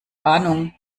ahnung